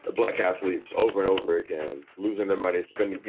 black athletes over and over again, losing their money, spinning, you